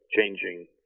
changing